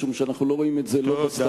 משום שאנחנו לא רואים את זה לא בסטטיסטיקה